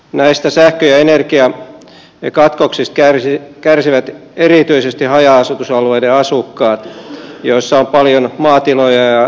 näistä sähkö ja energiakatkoksista kärsivät erityisesti asukkaat haja asutusalueilla missä on paljon maatiloja ja yritystoimintaa